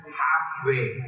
halfway